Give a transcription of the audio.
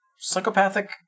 psychopathic